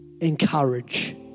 Encourage